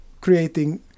creating